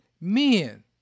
Men